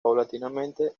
paulatinamente